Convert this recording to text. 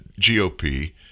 GOP